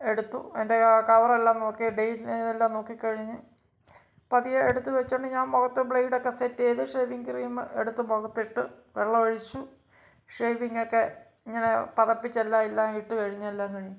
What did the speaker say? എടുത്തു അതിന്റെ കവറെല്ലാം നോക്കി ഡേറ്റ് എല്ലാം നോക്കിക്കഴിഞ്ഞ് പതിയെ എടുത്ത് വെച്ചുകൊണ്ട് ഞാന് മുഖത്ത് ബ്ലേഡൊക്കെ സെറ്റ് ചെയ്ത് ഷേവിംഗ് ക്രീം എടുത്ത് മുഖത്തിട്ട് വെള്ളം ഒഴിച്ചു ഷേവിങ്ങൊക്കെ ഇങ്ങനെ പതപ്പിച്ച് എല്ലാം എല്ലാം ഇട്ട് കഴിഞ്ഞ് എല്ലാം കഴിഞ്ഞ്